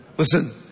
Listen